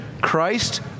Christ